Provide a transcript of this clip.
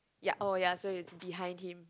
ya oh ya so it's behind him